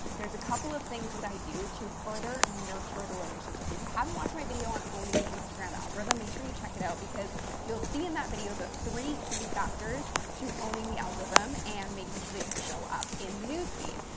there's a couple of things that i do to further nurture the relationship. if you haven't watched my video on owning the instagram algorithm, make sure you check it out because you'll see in that video the three key factors to owning the algorithm and making sure that you show up in the newsfeed.